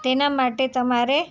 તેના માટે તમારે